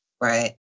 right